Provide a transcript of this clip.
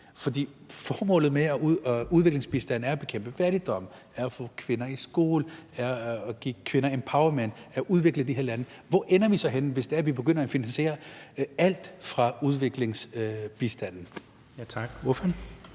Formålet med udviklingsbistand er at bekæmpe fattigdom, at få kvinder i skole, at give kvinder empowerment, at udvikle de her lande, og hvor ender vi så henne, hvis vi begynder at finansiere alt fra udviklingsbistanden? Kl. 17:43